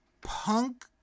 Punk